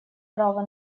право